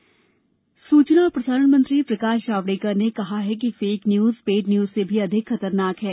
Javadekar fake news सूचना और प्रसारण मंत्री प्रकाश जावड़ेकर ने कहा है कि फेक न्यूज पेड न्यूज से भी अधिक खतरनाक है